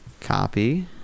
Copy